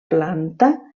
planta